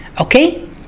Okay